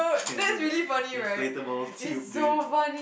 can do the inflatable tube dude